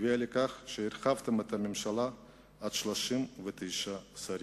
הביאו לכך שהרחבתם את הממשלה עד 39 שרים.